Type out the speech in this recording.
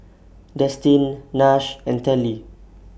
Destin Nash and Telly